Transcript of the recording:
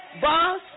boss